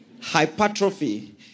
Hypertrophy